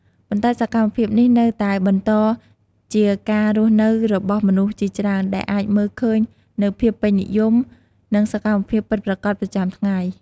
ប៉ុន្តែសកម្មភាពនេះនៅតែបន្តជាការរស់នៅរបស់មនុស្សជាច្រើន ដែលអាចមើលឃើញនូវភាពពេញនិយម និងសកម្មភាពពិតប្រាកដប្រចាំថ្ងៃ។